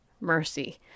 mercy